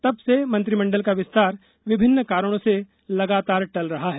तब से मंत्रिमंडल का विस्तार विभिन्न कारणों से लगातार टल रहा है